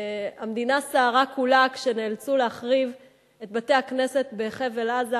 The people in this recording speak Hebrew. המדינה כולה סערה כאשר נאלצו להחריב את בתי-הכנסת בחבל-עזה,